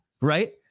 right